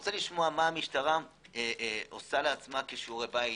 רוצה לשמוע מה המשטרה עושה לעצמה כשיעורי בית.